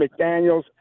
McDaniels